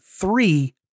three